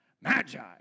Magi